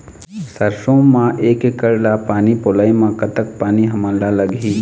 सरसों म एक एकड़ ला पानी पलोए म कतक पानी हमन ला लगही?